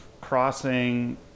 crossing